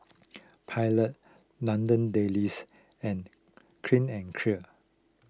Pilot London Dailies and Clean and Clear